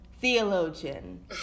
theologian